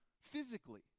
physically